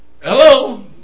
Hello